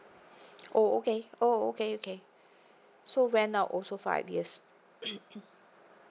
oh okay oh okay okay so rent out also five year